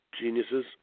geniuses